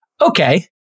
Okay